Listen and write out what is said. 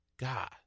God